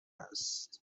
است